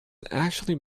actually